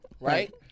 right